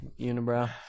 unibrow